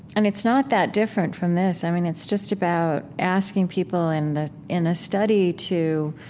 and it's not that different from this. i mean, it's just about asking people and the in a study to,